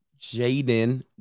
Jaden